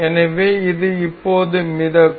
எனவே இது இப்போதே மிதக்கும்